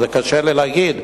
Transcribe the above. וזה קשה לי להגיד,